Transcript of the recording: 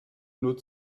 nur